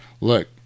look